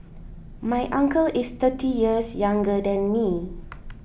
my uncle is thirty years younger than me